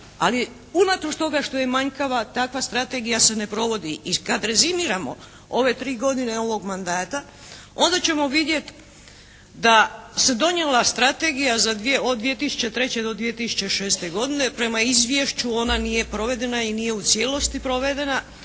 ali unatoč toga što je manjkava takva strategija se ne provodi. I kad rezimiramo ove tri godine ovog mandata onda ćemo vidjeti da se donijela strategija od 2003. do 2006. godine prema izvješću ona nije provedena i nije u cijelosti provedena.